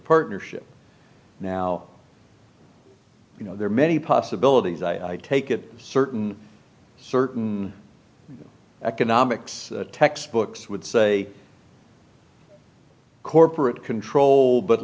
partnership now you know there are many possibilities i take it certain certain economics textbooks would say corporate control but